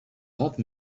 love